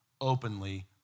openly